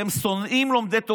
אתם שונאים לומדי תורה,